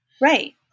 right